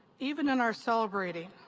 even in our celebrating,